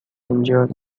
injured